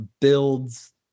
builds